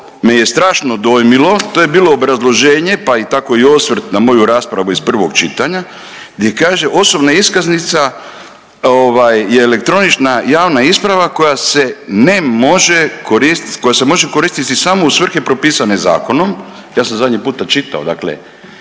me je strašno dojmilo to je bilo obrazloženje, pa tako i osvrt na moju raspravu iz prvog čitanja gdje kaže osobna iskaznica je elektronična javna isprava koja se ne može koristiti, koja se može koristiti samo u svrhe propisane zakonom. Ja sam zadnji puta čitao, dakle